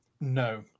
No